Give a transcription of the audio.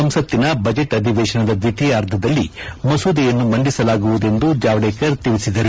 ಸಂಸತ್ತಿನ ಬಜೆಟ್ ಅಧಿವೇಶನದ ದ್ವಿತೀಯಾರ್ಧದಲ್ಲಿ ಮಸೂದೆಯನ್ನು ಮಂಡಿಸಲಾಗುವುದೆಂದು ಜಾವಡೇಕರ್ ತಿಳಿಸಿದರು